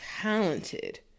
talented